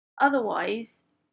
Otherwise